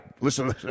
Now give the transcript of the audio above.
listen